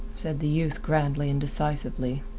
said the youth grandly and decisively.